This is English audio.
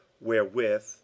wherewith